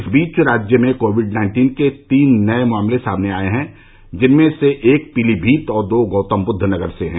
इस बीच राज्य में कोविड नाइन्टीन के तीन नए मामले सामने आए हैं जिनमें से एक पीलीभीत और दो गौतमबुद्व नगर से हैं